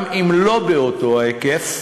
גם אם לא באותו ההיקף,